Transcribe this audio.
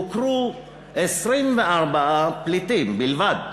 הוכרו 24 פליטים בלבד,